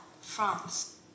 France